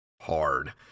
hard